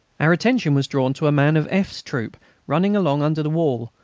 our attention was drawn to a man of f s troop running along under the wall,